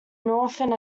northern